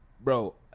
Bro